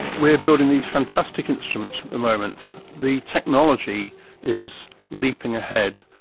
we're building these fantastic instruments at the moment. the technology is leaping ahead,